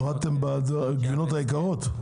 הורדתם בגבינות היקרות?